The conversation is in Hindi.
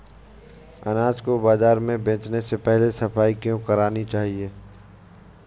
अनाज को बाजार में बेचने से पहले सफाई क्यो करानी चाहिए?